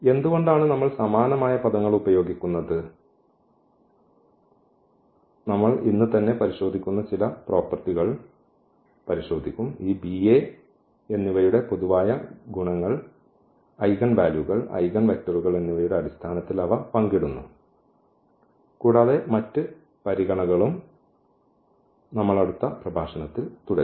എന്തുകൊണ്ടാണ് നമ്മൾ സമാനമായ പദങ്ങൾ ഉപയോഗിക്കുന്നത് നമ്മൾ ഇന്ന് തന്നെ പരിശോധിക്കുന്ന ചില പ്രോപ്പർട്ടികൾ പരിശോധിക്കും ഈ B A എന്നിവയുടെ പൊതുവായ ഗുണങ്ങൾ ഐഗൻ വാല്യൂകൾ ഐഗൻവെക്റ്ററുകൾ എന്നിവയുടെ അടിസ്ഥാനത്തിൽ അവ പങ്കിടുന്നു കൂടാതെ മറ്റ് പരിഗണനകളും നമ്മൾ അടുത്ത പ്രഭാഷണത്തിൽ തുടരും